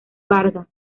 vargas